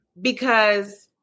because-